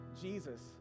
Jesus